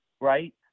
right